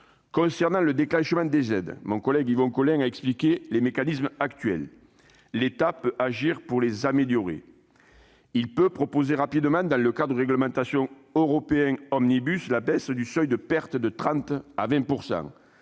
Concernant le déclenchement des aides, Yvon Collin a expliqué quels étaient les mécanismes actuels. L'État peut agir pour les améliorer. Il peut proposer rapidement, dans le cadre du règlement européen Omnibus, la baisse du seuil de pertes de 30 % à 20